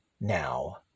now